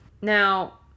Now